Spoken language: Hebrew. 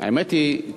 האמת היא,